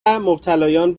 مبتلایان